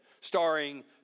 Starring